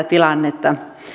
tilannetta